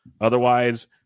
otherwise